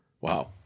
Wow